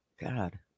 God